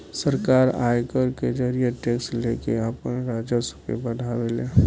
सरकार आयकर के जरिए टैक्स लेके आपन राजस्व के बढ़ावे ले